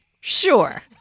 Sure